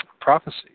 prophecy